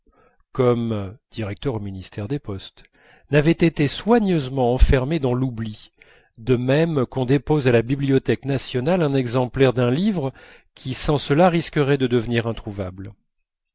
n'avaient été soigneusement enfermés dans l'oubli de même qu'on dépose à la bibliothèque nationale un exemplaire d'un livre qui sans cela risquerait de devenir introuvable